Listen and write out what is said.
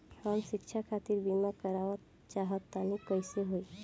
हम शिक्षा खातिर बीमा करावल चाहऽ तनि कइसे होई?